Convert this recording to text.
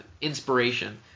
inspiration